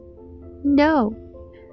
No